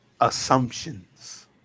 assumptions